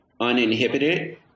uninhibited